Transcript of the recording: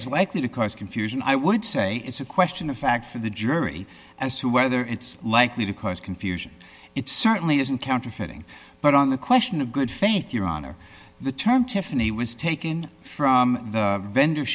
it's likely to cause confusion i would say it's a question of fact for the jury as to whether it's likely to cause confusion it certainly is counterfeiting but on the question of good faith your honor the term tiffany was taken from the vendor